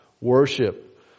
worship